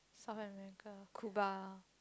Southern America Cuba